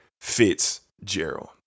Fitzgerald